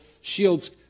shields